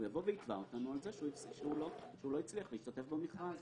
הוא יתבע אותנו על זה שהוא לא הצליח להשתתף במכרז.